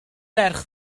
ferch